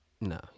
no